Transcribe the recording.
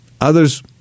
Others